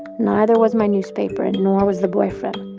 neither was my newspaper. and nor was the boyfriend.